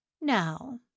Now